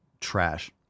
trash